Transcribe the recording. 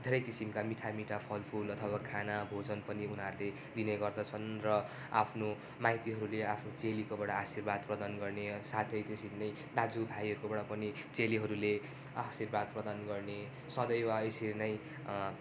धेरै किसिमका मिठा मिठा फलफुल अथवा खाना भोजन पनि उनीहरूले दिने गर्दछन् र आफ्नो माइतीहरूले आफ्नो चेलीकोबाट आशीर्वाद प्रदान गर्ने साथै त्यसरी नै दाजु भाइहरूकोबाट पनि चेलीहरूले आशीर्वाद प्रदान गर्ने सदैव यसरी नै